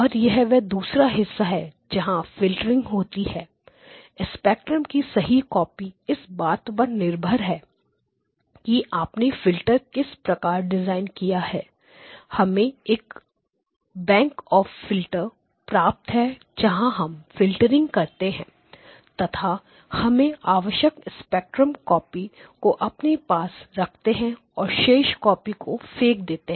और यह वह दूसरा हिस्सा है जहां फिल्टरिंग होती है स्पेक्ट्रम की सही कॉपी इस बात पर निर्भर है कि आपने फिल्टर किस प्रकार डिजाइन किया है हमें एक बैंक्स आफ फिल्टर प्राप्त है जहां हम फिल्टरिंग करते हैं तथा हमें आवश्यक स्पेक्ट्रेल कॉपी को अपने पास रखते हैं और शेष कॉपी को फेंक देते हैं